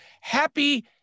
Happy